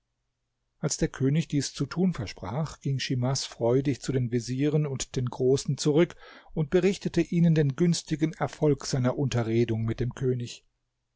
als der könig dies zu tun versprach ging schimas freudig zu den vezieren und den großen zurück und berichtete ihnen den günstigen erfolg seiner unterredung mit dem könig